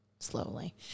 slowly